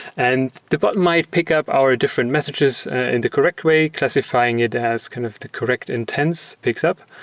and the bot might pick up our different messages in the correct way classifying it as kind of the correct intense picks up,